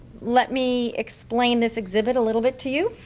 let me explain this exhibit a little bit to you.